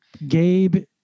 Gabe